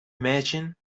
imagine